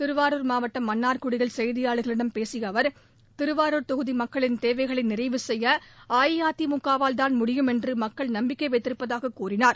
திருவாரூர் மாவட்டம் மன்னார்குடியில் செய்தியாளர்களிடம் பேசிய அவர் திருவாரூர் தொகுதி மக்களின் தேவைகளை நிறைவு செய்ய அஇஅதிமுக வால்தான் முடியும் என்று மக்கள் நம்பிக்கை வைத்திருப்பதாகக் கூறினார்